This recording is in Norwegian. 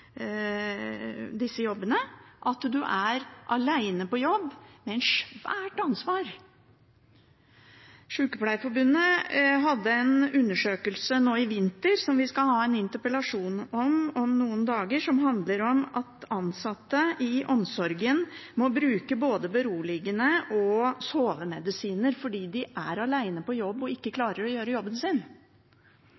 disse jobbene, en er alene på jobb med et svært ansvar. Sykepleierforbundet hadde en undersøkelse nå i vinter som vi skal ha en interpellasjon om om noen dager. Den handler om at ansatte i omsorgstjenesten må bruke både beroligende medisiner og sovemedisiner fordi de er alene på jobb og ikke